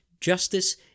justice